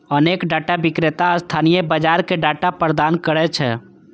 अनेक डाटा विक्रेता स्थानीय बाजार कें डाटा प्रदान करै छै